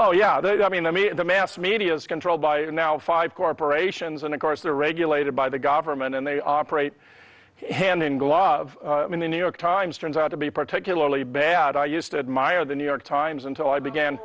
oh yeah they i mean i mean the mass media is controlled by now five corporations and of course they're regulated by the government and they operate hand in glove in the new york times turns out to be particularly bad i used to admire the new york times until i began